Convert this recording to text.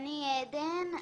אני עדן,